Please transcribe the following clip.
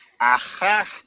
aha